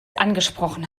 angesprochen